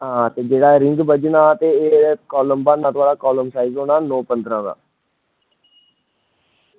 आं ते जेह्ड़ा रिंग बज्झना ते एह् कॉलम बनना थुआढ़ा एह् कॉलम साईज होना नौ पंद्रहां दा